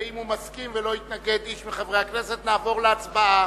ואם הוא מסכים ולא יתנגד איש מחברי הכנסת נעבור להצבעה.